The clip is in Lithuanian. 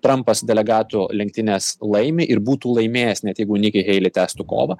trampas delegatų lenktynes laimi ir būtų laimėjęs net jeigu niki heili tęstų kovą